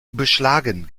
beschlagen